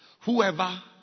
Whoever